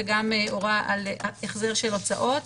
וגם הורה על החזר הוצאות,